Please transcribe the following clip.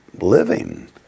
living